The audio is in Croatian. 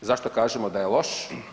Zašto kažemo da je loš?